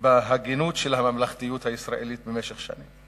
בהגינות של הממלכתיות הישראלית במשך שנים.